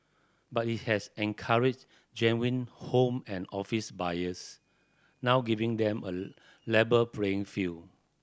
but it has encouraged genuine home and office buyers now giving them a playing field